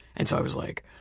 and i was like,